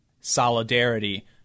solidarity